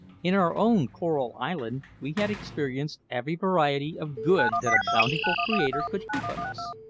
in our own coral island we had experienced every variety of good that a bountiful creator could heap on us.